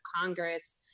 Congress